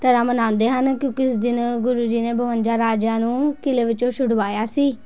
ਤਰ੍ਹਾਂ ਮਨਾਉਂਦੇ ਹਨ ਕਿਉਂਕਿ ਉਸ ਦਿਨ ਗੁਰੂ ਜੀ ਨੇ ਬਵੰਜਾਂ ਰਾਜਿਆਂ ਨੂੰ ਕਿਲੇ ਵਿੱਚੋਂ ਛੁਡਵਾਇਆ ਸੀ